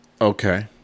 Okay